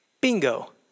Bingo